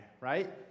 right